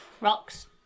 rocks